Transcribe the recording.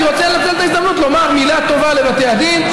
אני רוצה לנצל את ההזדמנות לומר מילה טובה לבתי הדין,